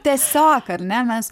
tiesiog ar ne mes